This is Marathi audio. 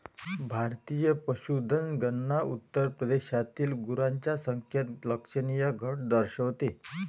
भारतीय पशुधन गणना उत्तर प्रदेशातील गुरांच्या संख्येत लक्षणीय घट दर्शवते